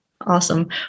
Awesome